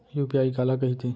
UPI काला कहिथे?